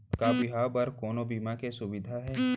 का बिहाव बर कोनो बीमा के सुविधा हे?